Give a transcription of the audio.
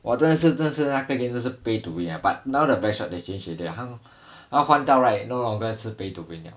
!wah! 真的是真的是那个 game 就是 pay to win eh but now the black shot they change already 他们环到 right no longer 是 pay to win 了